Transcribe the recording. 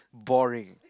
boring